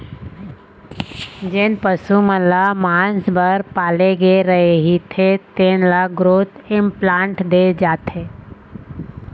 जेन पशु मन ल मांस बर पाले गे रहिथे तेन ल ग्रोथ इंप्लांट दे जाथे